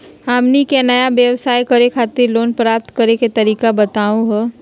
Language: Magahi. हमनी के नया व्यवसाय करै खातिर लोन प्राप्त करै के तरीका बताहु हो?